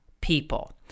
people